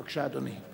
בבקשה, אדוני.